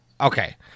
Okay